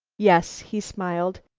yes, he smiled,